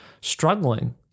struggling